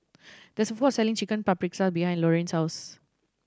there is a food court selling Chicken Paprikas behind Loriann's house